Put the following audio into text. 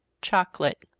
chocolate.